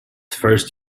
first